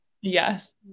Yes